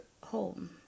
home